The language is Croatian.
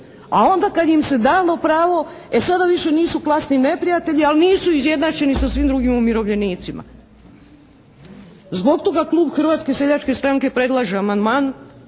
a onda kad im se dalo pravo e sada više nisu klasni neprijatelji, ali nisu izjednačeni sa svim drugim umirovljenicima. Zbog toga klub Hrvatske seljačke stranke predlaže amandman